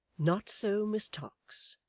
not so miss tox,